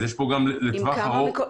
אז גם לטווח ארוך יש כאן ביטחון והתייעלות.